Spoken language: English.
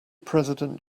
president